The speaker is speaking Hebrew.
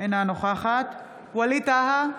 אינה נוכחת ווליד טאהא,